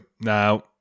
Now